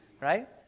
Right